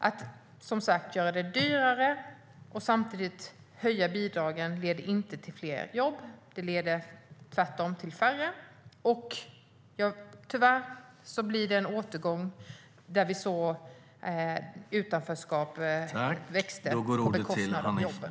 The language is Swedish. Som sagt: att göra det dyrare att anställa och samtidigt höja bidragen leder inte till fler jobb. Det leder tvärtom till färre jobb. Tyvärr blir det en återgång till den tid då vi såg att utanförskapet växte på bekostnad av jobben.